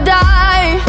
die